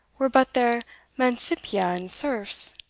were but their mancipia and serfs!